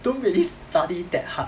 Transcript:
don't really study that hard